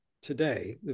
today